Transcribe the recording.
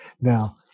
Now